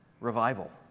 Revival